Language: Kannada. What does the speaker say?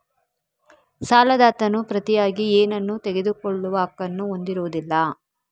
ಸಾಲದಾತನು ಪ್ರತಿಯಾಗಿ ಏನನ್ನೂ ತೆಗೆದುಕೊಳ್ಳುವ ಹಕ್ಕನ್ನು ಹೊಂದಿರುವುದಿಲ್ಲ